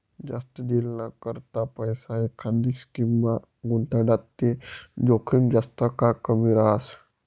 जास्त दिनना करता पैसा एखांदी स्कीममा गुताडात ते जोखीम जास्त का कमी रहास